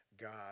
God